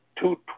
two